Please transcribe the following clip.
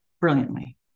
brilliantly